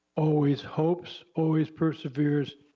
always hopes, always perseveres,